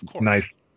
nice